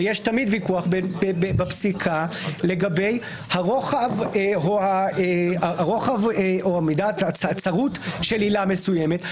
ויש תמיד ויכוח בפסיקה לגבי הרוחב או מידת הצרות של עילה מסוימת.